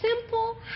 simple